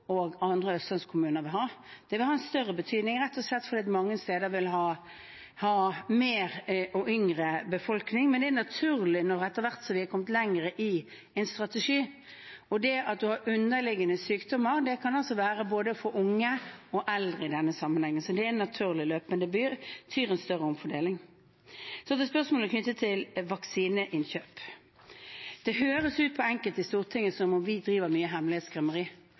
og andre østlandskommuner, vil ha. Det vil ha en større betydning rett og slett fordi mange steder har mer og yngre befolkning, men det er naturlig etter hvert som vi har kommet lenger i en strategi. Og det at en har underliggende sykdommer, kan altså gjelde for både unge og eldre i denne sammenhengen, så det er et naturlig løp, men det betyr en større omfordeling. Så til spørsmålet knyttet til vaksineinnkjøp. Det høres ut på enkelte i Stortinget som om vi driver mye hemmelighetskremmeri,